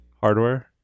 hardware